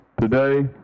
Today